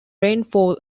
rainfall